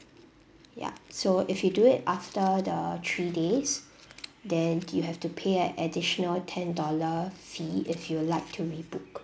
ya so if you do it after the three days then you have to pay at additional ten dollar fee if you'd like to rebook